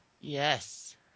Yes